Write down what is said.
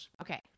Okay